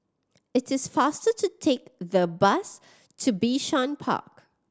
it is faster to take the bus to Bishan Park